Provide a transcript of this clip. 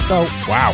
Wow